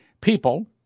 People